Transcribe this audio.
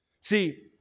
See